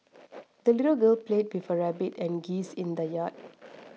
the little girl played with her rabbit and geese in the yard